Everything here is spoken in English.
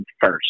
first